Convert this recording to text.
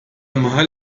mahal